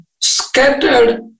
scattered